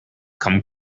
come